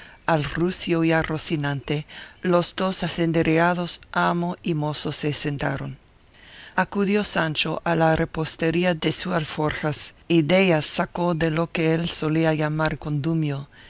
al rucio y a rocinante los dos asendereados amo y mozo se sentaron acudió sancho a la repostería de su alforjas y dellas sacó de lo que él solía llamar condumio